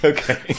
Okay